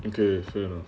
you know